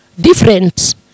different